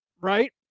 right